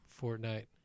Fortnite